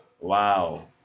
Wow